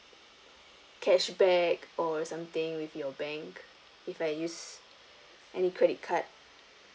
cashback or something with your bank if I use any credit card